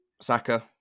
Saka